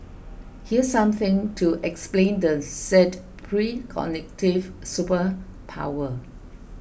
here's something to explain the said precognitive superpower